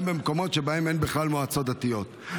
גם במקומות שבהם אין בכלל מועצות דתיות,